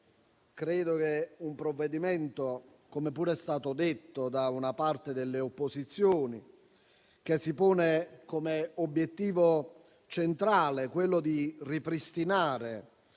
credo che un provvedimento - come pure è stato detto da una parte delle opposizioni - che si pone come obiettivo centrale ripristinare